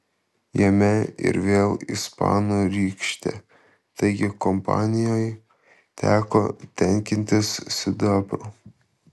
jame ir vėl ispanų rykštė taigi kompanijai teko tenkintis sidabru